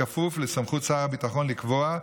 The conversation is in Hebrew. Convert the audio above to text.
בכפוף לסמכות שר הביטחון לקבוע,